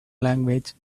language